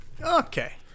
Okay